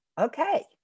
okay